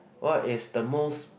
what is the most